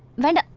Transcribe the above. van.